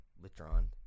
withdrawn